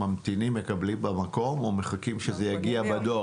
האם מקבלים במקום או שמחכים שזה יגיע בדואר?